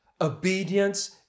Obedience